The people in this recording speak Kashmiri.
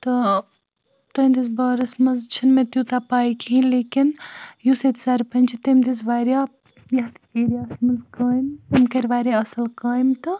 تہٕ تہنٛدِس بارَس منٛز چھَنہٕ مےٚ تیٛوٗتاہ پاے کِہیٖنۍ لیکن یُس ییٚتہِ سَرپَنٛچ چھُ تٔمۍ دِژ واریاہ یَتھ ایریا ہَس منٛز کامہِ تٔمۍ کَرِ واریاہ اصٕل کامہِ تہٕ